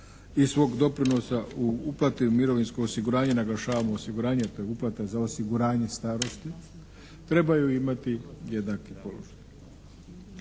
i svog doprinosa u uplate mirovinskog osiguranja, naglašavam osiguranje. To je uplata za osiguranje starosti trebaju imati jednaki položaj.